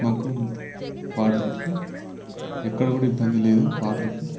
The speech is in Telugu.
మాకు వాటర్ ఉంటుంది ఎక్కడ కూడా ఇబ్బంది లేదు వాటర్కు